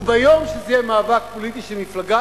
וביום שזה יהיה מאבק פוליטי של מפלגה,